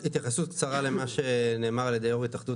רק התייחסות קצרה למה שנאמר על ידי יו"ר התאחדות